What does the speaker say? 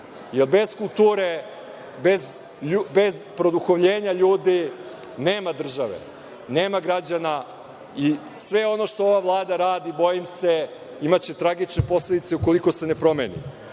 jer bez kulture, bez produhovljenja ljudi nema države, nema građana i sve ono što ova Vlada radi bojim se imaće tragične posledice ukoliko se ne promeni. Naša